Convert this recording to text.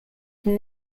from